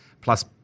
plus